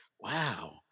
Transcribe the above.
wow